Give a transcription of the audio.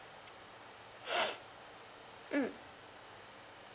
mm